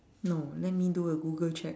no let me do a google check